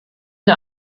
der